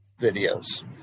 videos